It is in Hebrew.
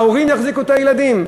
ההורים יחזיקו את הילדים.